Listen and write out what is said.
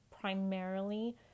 primarily